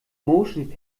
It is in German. motion